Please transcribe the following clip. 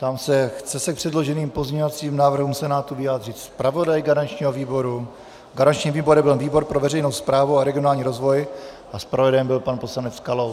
Ptám se, chce se k předloženým pozměňovacím návrhům Senátu vyjádřit zpravodaj garančního výboru, Garančním výborem byl výbor pro veřejnou správu a regionální rozvoj a zpravodajem byl pan poslanec Kalous.